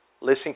Listen